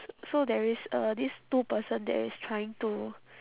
so there is uh these two person there is trying to